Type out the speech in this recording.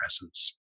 presence